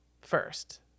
first